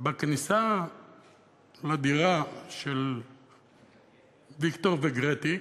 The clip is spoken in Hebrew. בכניסה לדירה של ויקטור וגרטי,